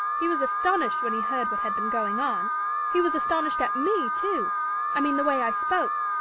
he was astonished when he heard what had been going on he was astonished at me, too i mean, the way i spoke.